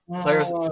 Players